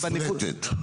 מופרטת.